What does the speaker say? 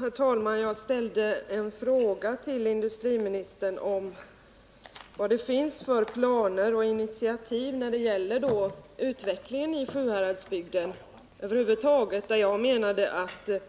Herr talman! Jag ställde en fråga till industriministern om vilka regeringens planer var när det gäller utvecklingen över huvud taget i Sjuhäradsbygden. Jag anförde i det sammanhanget att